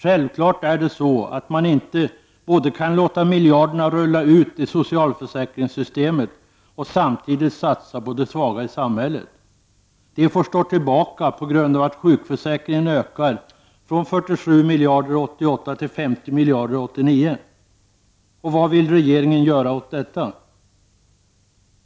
Självfallet är det så att man inte både kan låta miljarderna rulla i socialförsäkringssystemet och samtidigt satsa på de svaga i samhället. De får stå tillbaka på grund av att sjukförsäkringen ökat från 47 miljarder 1988 till 50 miljarder 1989. Vad vill regeringen göra åt detta?